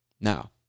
Now